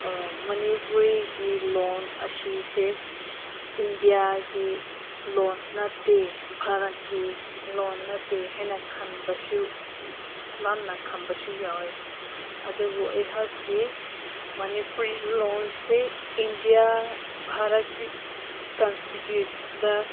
ꯃꯅꯤꯄꯨꯔꯤꯒꯤ ꯂꯣꯟ ꯑꯁꯤꯁꯦ ꯏꯟꯗꯤꯌꯥꯒꯤ ꯂꯣꯟ ꯅꯠꯇꯦ ꯚꯥꯔꯠꯀꯤ ꯂꯣꯟ ꯅꯠꯇꯦ ꯍꯥꯏꯅ ꯈꯟꯕꯁꯨ ꯂꯥꯟꯅ ꯈꯟꯕꯁꯨ ꯌꯥꯎꯋꯦ ꯑꯗꯨꯕꯨ ꯑꯩꯍꯥꯛꯀꯤ ꯃꯅꯤꯄꯨꯔꯤ ꯂꯣꯟꯁꯤ ꯏꯟꯗꯤꯌꯥ ꯚꯥꯔꯠꯀꯤ ꯀꯟꯁꯇꯤꯇ꯭ꯌꯨꯠꯇ